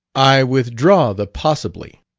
i withdraw the possibly.